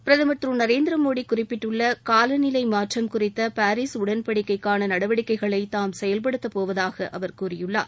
பிரதமர் திரு நரேந்திரமோடி குறிப்பிட்டுள்ள காலநிலை மாற்றம் குறித்த பாரிஸ் உடன்படிக்கைக்கான நடவடிக்கைகளை தாம் செயல்படுத்தப்போவதாக அவர் கூறியுள்ளார்